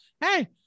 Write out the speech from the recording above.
hey